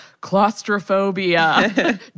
claustrophobia